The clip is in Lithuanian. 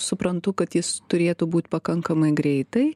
suprantu kad jis turėtų būt pakankamai greitai